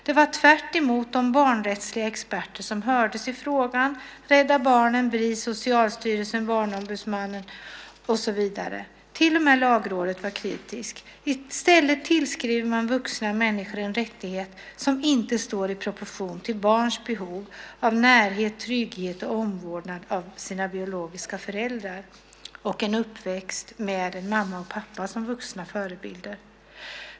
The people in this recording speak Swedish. Det var tvärtemot de barnrättsliga experter som hördes i frågan: Rädda Barnen, Bris, Socialstyrelsen, Barnombudsmannen, och så vidare. Till och med Lagrådet var kritiskt. I stället tillskriver man vuxna människor en rättighet som inte står i proportion till barns behov av närhet, trygghet och omvårdnad av sina biologiska föräldrar och en uppväxt med en mamma och en pappa som vuxna förebilder.